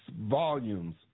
volumes